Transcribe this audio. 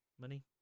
money